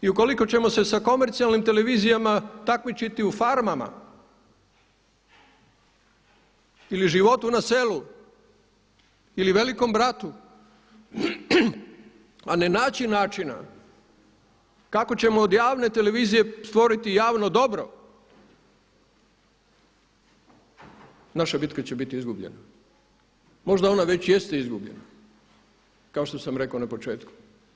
I ukoliko ćemo se sa komercijalnim televizijama takmičiti u Farmama ili Životu na selu ili Velikom bratu a ne naći načina kako ćemo od javne televizije stvoriti javno dobro naša bitka će biti izgubljena, možda ona već jeste izgubljena kao što sam rekao na početku.